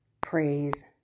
Praise